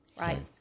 Right